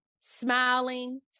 smiling